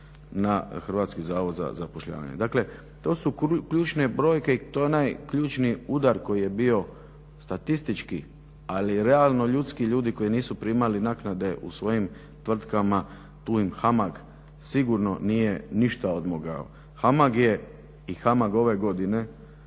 Hrvatski zavod za zapošljavanje.